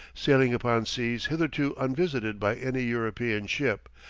sailing upon seas hitherto unvisited by any european ship,